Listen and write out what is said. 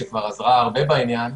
שכבר עזרה הרבה בעניין,